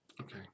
okay